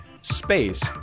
space